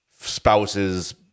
spouses